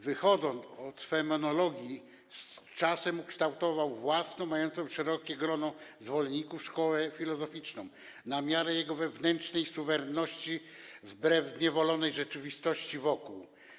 Wyszedłszy od fenomenologii, z czasem ukształtował własną, mającą szerokie grono zwolenników szkołę filozoficzną, na miarę jego wewnętrznej suwerenności, wbrew zniewolonej rzeczywistości wokół.